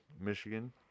Michigan